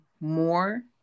more